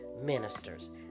ministers